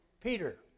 Peter